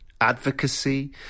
advocacy